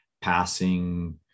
passing